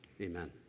Amen